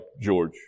George